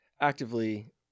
actively